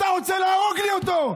אתה רוצה להרוג לי אותו.